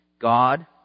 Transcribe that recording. God